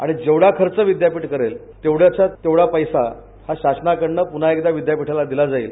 आणि जेव्हाढा खर्च विद्यापीठ करेल तेव्हढ्याचा तेव्हढा पैसा हा शासनाकडून पुन्हा एकदा विद्यापीठाला दिला जाईल